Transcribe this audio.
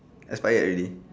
expired already